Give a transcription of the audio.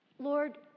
Lord